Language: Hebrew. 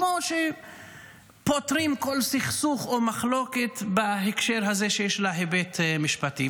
כמו שפותרים כל סכסוך או מחלוקת בהקשר הזה שיש להם היבט משפטי.